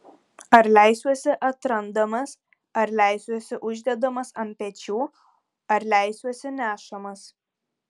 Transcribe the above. ar leisiuosi atrandamas ar leisiuosi uždedamas ant pečių ar leisiuosi nešamas